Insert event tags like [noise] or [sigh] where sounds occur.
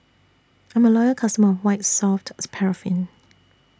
I'm A Loyal customer of White Soft [unintelligible] Paraffin